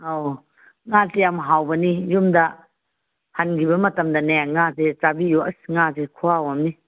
ꯑꯧ ꯉꯥꯁꯤ ꯌꯥꯝ ꯍꯥꯎꯕꯅꯤ ꯌꯨꯝꯗ ꯍꯟꯈꯤꯕ ꯃꯇꯝꯗꯅꯦ ꯉꯥꯁꯦ ꯆꯥꯕꯤꯎ ꯑꯁ ꯉꯥꯁꯦ ꯈꯨꯍꯥꯎ ꯑꯃꯅꯤ